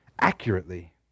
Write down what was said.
accurately